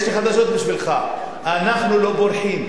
יש לי חדשות בשבילך: אנחנו לא בורחים.